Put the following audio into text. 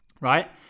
right